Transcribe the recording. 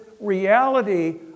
reality